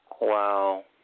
Wow